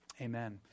Amen